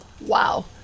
Wow